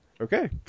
Okay